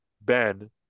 Ben